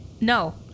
No